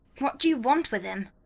what do you want with him?